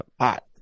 Hot